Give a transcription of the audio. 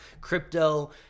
crypto